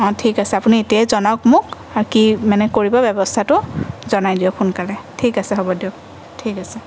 অঁ ঠিক আছে আপুনি এতিয়াই জনাওক মোক আৰু কি মানে কৰিব ব্যৱস্থাটো জনাই দিয়ক সোনকালে ঠিক আছে হ'ব দিয়ক ঠিক আছে